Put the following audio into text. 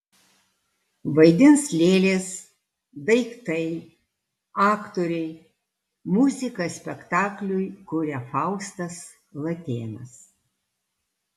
vaidins lėlės daiktai aktoriai muziką spektakliui kuria faustas latėnas